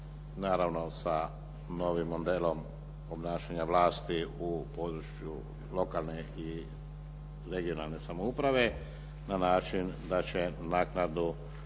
naravno sa novim modelom obnašanja vlasti u području lokalne i regionalne samouprave na način da će naknadu